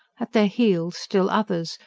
at their heels still others,